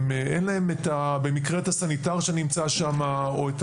אין להם במקרה את הסניטר שנמצא שם או את